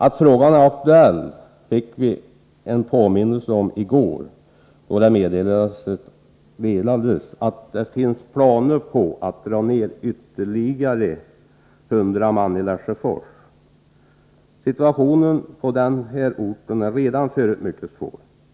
Att frågan är aktuell fick vi en påminnelse om i går, då det meddelades att man har planer på att dra ner verksamheten med ytterligare 100 man i Lesjöfors. Situationen på denna ort är redan förut mycket svår.